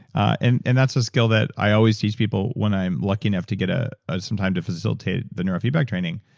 and and that's a skill that i always teach people when i'm lucky enough to get ah some time to facilitate the neurofeedback training.